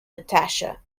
natasha